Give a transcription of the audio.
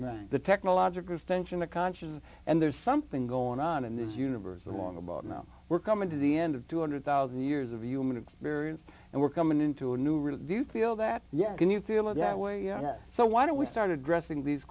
and the technological stench in the conscious and there's something going on in this universe along about now we're coming to the end of two hundred thousand years of human experience and we're coming into a new review feel that yet can you feel it that way yes so why don't we start addressing these